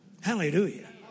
Hallelujah